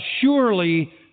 surely